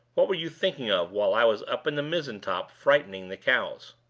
what were you thinking of while i was up in the mizzen-top frightening the cows?